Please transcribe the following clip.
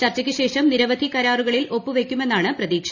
ചർച്ചയ്ക്ക് ശേഷം നിരവധി കരാറുകളിൽ ഒപ്പുവയ്ക്കുമെന്നാണ് പ്രതീക്ഷ